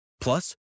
Plus